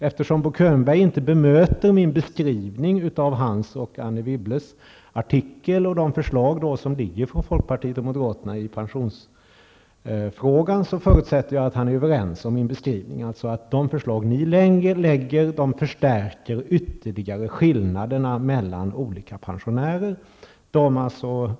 Eftersom Bo Könberg inte bemöter min beskrivning av hans och Anne Wibbles artikel samt av de förslag som föreligger från folkpartiet och moderaterna i pensionsfrågan förutsätter jag att vi är överens om denna min beskrivning. Era förslag innebär alltså att skillnaderna mellan olika pensionärer förstärks ytterligare.